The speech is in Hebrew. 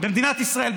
במדינת ישראל,